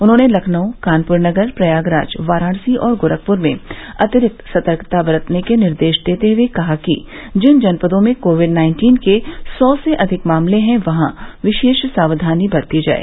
उन्होंने लखनऊ कानपुर नगर प्रयागराज वाराणसी और गोरखपुर में अतिरिक्त सतर्कता बरतने के निर्देश देते हुए कहा कि जिन जनपदों में कोविड नाइन्टीन के सौ से अधिक मामले हैं वहां विशेष सावधानी बरती जाए